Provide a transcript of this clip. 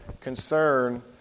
concern